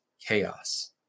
chaos